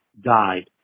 died